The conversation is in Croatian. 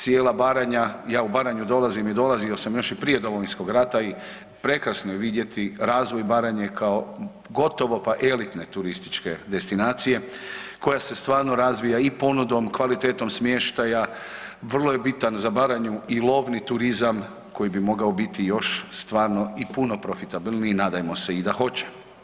Cijela Baranja, ja u Baranju dolazim i dolazio sam još i prije Domovinskog rata i prekrasno je vidjeti razvoj Baranje kao gotovo pa elitne turističke destinacije koja se stvarno razvija i ponudom, kvalitetom smještaja, vrlo je bitan za Baranju i lovni turizam koji bi mogao biti još stvarno i puno profitabilniji i nadajmo se i da hoće.